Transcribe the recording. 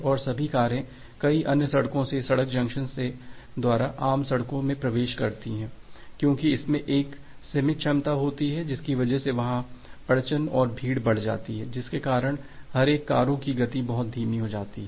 और सभी कारेंकई अन्य सड़कों से सड़क जंक्शन से द्वारा आम सड़क में प्रवेश करती हैं क्योंकि इसमें एक सीमित क्षमता होती है जिसकी वजह से वहां अड़चन और भीड़ बन जाती है जिसके कारण हर एक कारों की गति बहुत धीमी हो जाती है